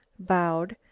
bowed,